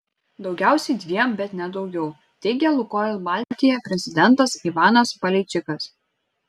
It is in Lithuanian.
daugiausiai dviem bet ne daugiau teigė lukoil baltija prezidentas ivanas paleičikas